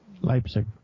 Leipzig